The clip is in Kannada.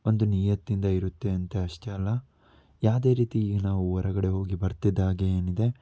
ಒಂದು ನಿಯತ್ತಿಂದ ಇರುತ್ತೆ ಅಂತ ಅಷ್ಟೇ ಅಲ್ಲ ಯಾವುದೇ ರೀತಿ ಇಲ್ಲಿ ನಾವು ಹೊರಗಡೆ ಹೋಗಿ ಬರ್ತಿದ್ದ ಹಾಗೆ ಏನಿದೆ